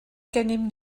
gennym